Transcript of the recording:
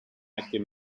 active